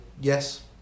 Yes